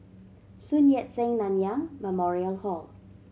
Sun Yat Sen Nanyang Memorial Hall